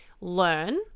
learn